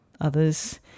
others